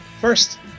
First